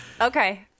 Okay